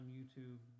YouTube